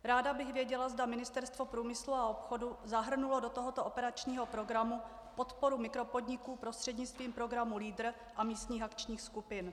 Ráda bych věděla, zda Ministerstvo průmyslu a obchodu zahrnulo do tohoto operačního programu podporu mikropodniků prostřednictvím programu LEADER a místních akčních skupin.